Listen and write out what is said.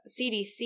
CDC